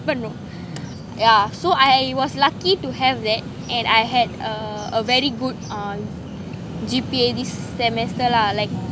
பண்ணனும்:pannanum yeah so I was lucky to have that and I had a very good uh G_P_A this semester lah like